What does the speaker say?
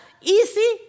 easy